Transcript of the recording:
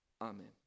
Amen